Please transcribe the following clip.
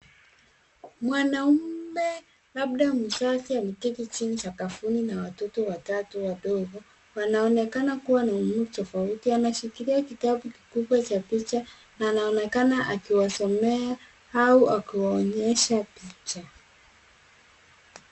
Mwanaume labda mzazi ameketi chini sakafuni na watoto watatu wadogo. Wanaonekana kuwa na umri tofauti. Anashikilia kitabu kikubwa cha picha na anaonekana akiwasomea au akiwaonyesha picha.